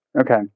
okay